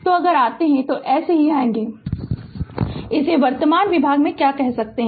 तो अगर आते हैं तो ऐसे ही आते हैं कि इसे वर्तमान विभाग से क्या कहते हैं